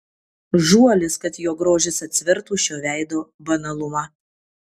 žuolis kad jo grožis atsvertų šio veido banalumą